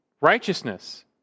righteousness